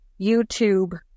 YouTube